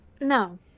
No